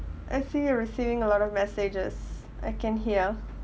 I see your seeing a lot of messages I can hear